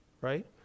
Right